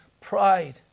pride